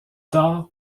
tard